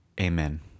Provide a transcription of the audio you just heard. Amen